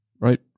right